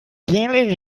gel